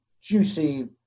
juicy